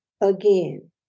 again